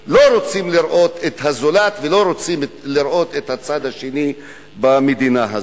שלא רוצים לראות את הזולת ולא רוצים לראות את הצד השני במדינה הזאת.